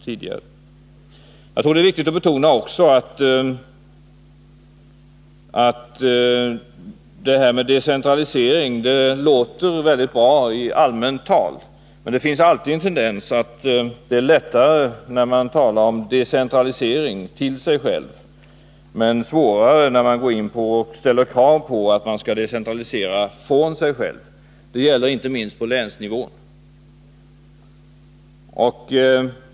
Vidare tror jag att det är viktigt att betona att det här med decentralisering låter väldigt bra i allmänt tal, men att det alltid är lättare när man talar om decentralisering till någon och svårare när man går in på och ställer krav på att decentralisera från någon. Det gäller inte minst på länsnivå.